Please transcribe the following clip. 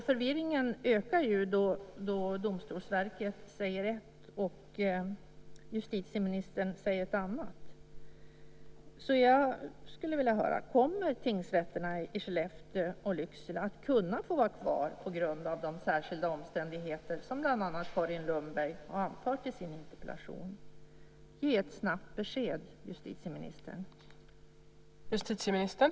Förvirringen ökar då Domstolsverket säger en sak och justitieministern en annan. Jag skulle vilja veta: Kommer tingsrätterna i Skellefteå och Lycksele att få bli kvar på grund av de särskilda omständigheter som bland andra Carin Lundberg har infört i sin interpellation? Ge ett snabbt besked, justitieministern!